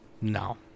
no